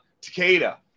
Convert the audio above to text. Takeda